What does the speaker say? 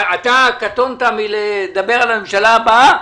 אתה קטונת מלדבר על הממשלה הבאה.